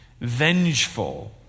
vengeful